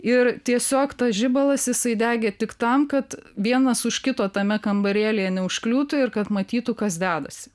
ir tiesiog tas žibalas jisai degė tik tam kad vienas už kito tame kambarėlyje neužkliūtų ir kad matytų kas dedasi